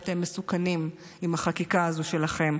אתם מסוכנים עם החקיקה הזו שלכם,